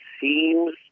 seems